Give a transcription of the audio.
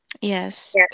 yes